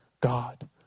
God